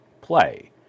play